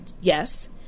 yes